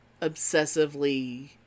obsessively